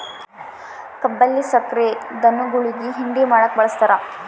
ಕಬ್ಬಿಲ್ಲಿ ಸಕ್ರೆ ಧನುಗುಳಿಗಿ ಹಿಂಡಿ ಮಾಡಕ ಬಳಸ್ತಾರ